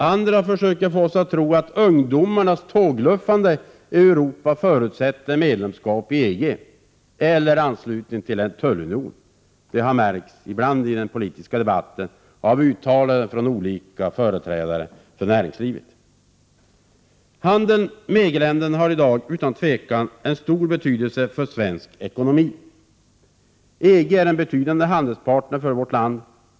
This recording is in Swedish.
Andra försöker få oss att tro att ungdomarnas tågluffande i Europa förutsätter medlemskap i EG eller anslutning till en tullunion. Det har märkts ibland i den politiska debatten, i uttalanden från företrädare för näringslivet. Handeln med EG-länderna har i dag utan tvekan stor betydelse för svensk ekonomi. EG är en betydande handelspartner för vårt land.